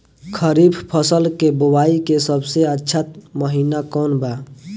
खरीफ फसल के बोआई के सबसे अच्छा महिना कौन बा?